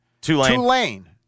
Tulane